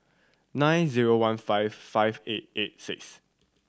nine zero one five five eight eight six